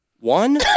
one